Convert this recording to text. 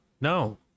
no